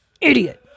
Idiot